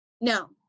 No